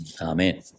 Amen